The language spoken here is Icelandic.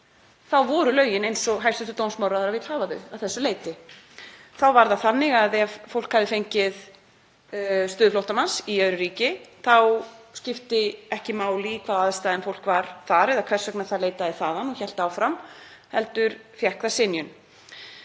Þá voru lögin eins og hæstv. dómsmálaráðherra vill hafa þau að þessu leyti. Þá var það þannig að ef fólk hafði fengið stöðu flóttamanns í öðru ríki þá skipti ekki máli í hvaða aðstæðum fólk var þar, eða hvers vegna það leitaði þaðan og hélt áfram, heldur fékk það synjun.